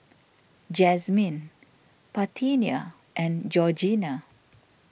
Jazmine Parthenia and Georgina